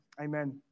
Amen